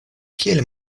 kiel